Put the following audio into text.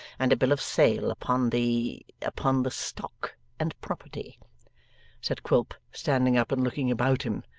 and a bill of sale upon the upon the stock and property said quilp standing up and looking about him,